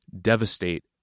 devastate